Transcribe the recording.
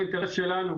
זה אינטרס שלנו,